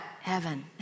Heaven